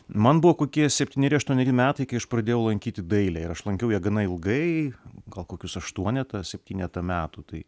man buvo kokie septyneri aštuoneri metai kai aš pradėjau lankyti dailę ir aš lankiau ją gana ilgai gal kokius aštuonetą septynetą metų tai